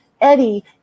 Eddie